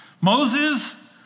Moses